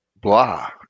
Blah